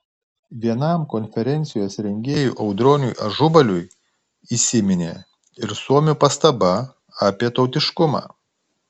vienam konferencijos rengėjų audroniui ažubaliui įsiminė ir suomių pastaba apie tautiškumą